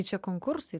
čia konkursai